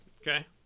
Okay